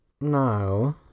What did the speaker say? No